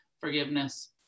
forgiveness